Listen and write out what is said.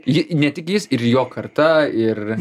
ji ne tik jis ir jo karta ir